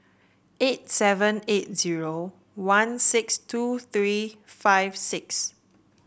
eight seven eight zero one six two three five six